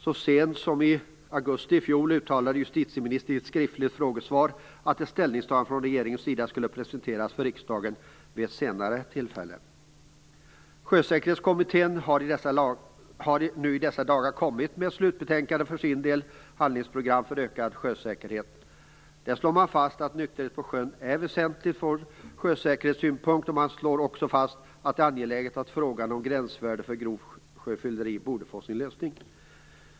Så sent som i augusti i fjol uttalade justitieministern i ett skriftligt frågesvar att ett ställningstagande från regeringens sida skulle presenteras för riksdagen vid ett senare tillfälle. Sjösäkerhetskommittén har nu i dessa dagar kommit med ett slutbetänkande för sin del: Handlingsprogram för ökad sjösäkerhet. Där slås fast att nykterhet på sjön är väsentligt från sjösäkerhetssynpunkt och att det är angeläget att problemet med gränsvärdet för grovt sjöfylleri borde få sin lösning.